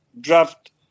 draft